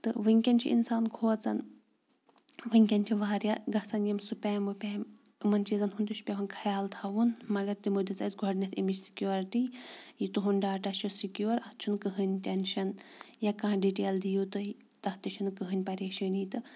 تہٕ وٕنۍکٮ۪ن چھُ اِنسان کھوژان وٕنۍکٮ۪ن چھِ واریاہ گژھان یِم سُپیم وُپیم یِمَن چیٖزَن ہُنٛد تہِ چھِ پٮ۪وان خیال تھاوُن مگر تِمو دِژ اَسہِ گۄڈنٮ۪تھ امِچ سِکیوٗرٹی یہِ تُہُنٛد ڈاٹا چھُ سِکیوٗر اَتھ چھُنہٕ کٕہٕنۍ ٹٮ۪نٛشَن یا کانٛہہ ڈِٹیل دِیوٗ تُہۍ تَتھ تہِ چھُنہٕ کٕہٕنۍ پریشٲنی تہٕ